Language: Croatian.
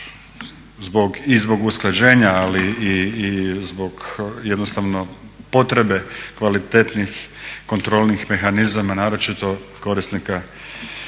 i zbog usklađenja, ali i zbog jednostavno potrebe kvalitetnih kontrolnih mehanizama, naročito korisnika